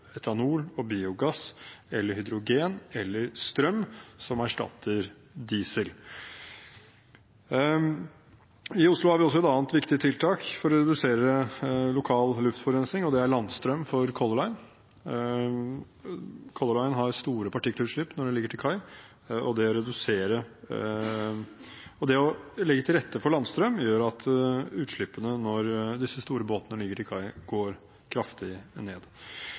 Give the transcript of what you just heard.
biogass, hydrogen eller strøm som erstatter diesel. I Oslo har man også et annet viktig tiltak for å redusere lokal luftforurensning, og det er landstrøm for Color Line. Color Line har store partikkelutslipp når båtene ligger til kai, og det å legge til rette for landstrøm gjør at utslippene når disse store båtene ligger til kai, går kraftig ned.